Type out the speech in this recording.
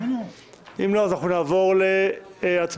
אם לא, אז אנחנו נעבור להצבעה.